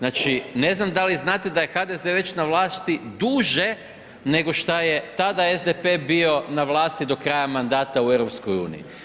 Ne znam da li znate da je HDZ, već na vlasti duže nego što je tada SDP bio na vlasti do kraja mandata u EU?